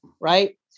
Right